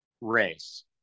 race